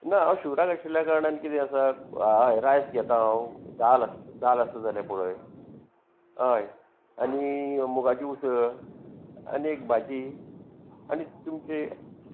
ना हांव शिवराक आशिल्ल्या कारणान कितें आसा हय रायस घेता हांव दाल आस दाल आसता जाल्या पळय हय आनी मुगाची उसळ आनी एक भाजी आनी तुमची